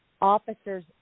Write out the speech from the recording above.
officers